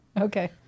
Okay